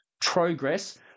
Progress